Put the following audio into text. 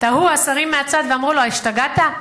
תהו השרים מהצד ואמרו לו: השתגעת?